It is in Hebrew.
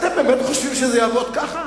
אתם באמת חושבים שזה יעבוד ככה?